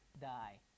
die